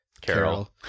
Carol